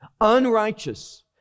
unrighteous